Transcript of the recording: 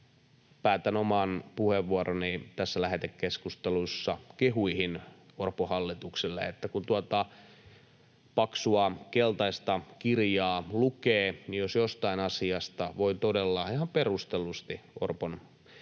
Päätän oman puheenvuoroni tässä lähetekeskustelussa kehuihin Orpon hallitukselle. Kun tuota paksua keltaista kirjaa lukee, niin jos jostain asiasta voi todella ihan perustellusti Orpon hallitukselle